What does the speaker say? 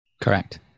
Correct